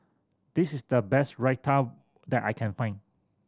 this is the best Raita that I can find